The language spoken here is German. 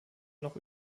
noch